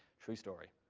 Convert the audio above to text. true story.